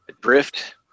Drift